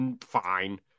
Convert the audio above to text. Fine